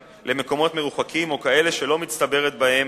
למקומות מרוחקים או כאלה שלא מצטברת בהם